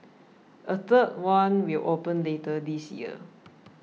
a third one will open later this year